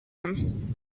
him